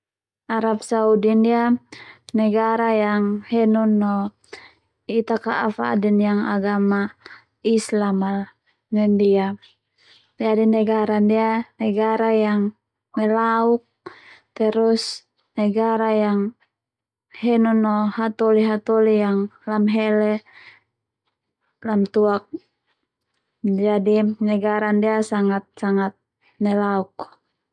Arab Saudi ndia negara yang henun no ita ka'a fadin yang agama Islam al nai ndia negara ndia negara yang nelauk terus negara yang henun no hatoli-hatoli yang lamhele lamatuak jadi negara ndia sangat-sangat nelauk.